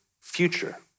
future